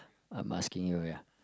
I'm asking you ya